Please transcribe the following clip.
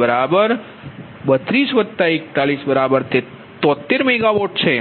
76 PL324173MW છે